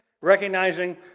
Recognizing